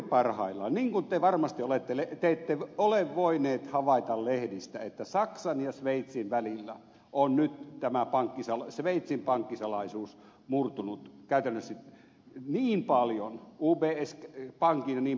te ette varmasti ole voineet olla havaitsematta lehdistä että saksan ja sveitsin välillä on nyt tämä sveitsin pankkisalaisuus murtunut käytännössä niin paljon ubs pankin jnp